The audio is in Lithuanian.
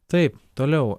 taip toliau